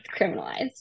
criminalized